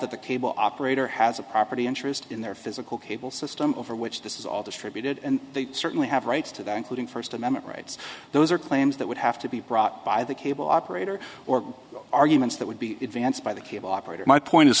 that the cable operator has a property interest in their physical cable system over which this is all distributed and they certainly have rights to that including first amendment rights those are claims that would have to be brought by the cable operator or arguments that would be advanced by the cable operator my point is